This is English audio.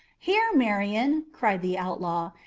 here, marian, cried the outlaw,